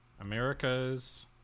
America's